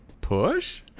Push